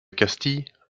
castille